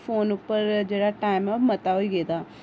phone उप्पर जेह्ड़ा time ऐ ओह् मता होई गेदा